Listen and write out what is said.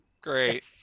Great